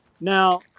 now